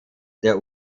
der